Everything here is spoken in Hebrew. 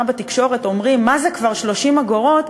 בתקשורת אומרים "מה זה כבר 30 אגורות?",